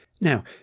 Now